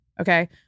Okay